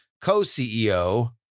co-CEO